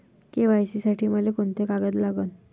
KYC साठी मले कोंते कागद लागन?